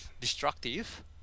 destructive